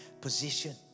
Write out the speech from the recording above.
position